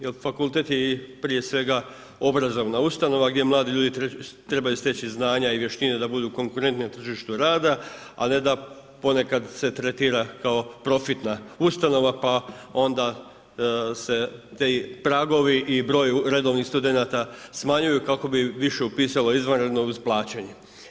Jer fakultet je i prije svega obrazovna ustanova gdje mladi ljudi trebaju steći znanja i vještine da budu konkurentni na tržištu rada a ne da ponekad se tretira kao profitna ustanova pa onda se ti pragovi i broj redovnih studenata smanjuju kako bi više upisalo izvanredno uz plaćanje.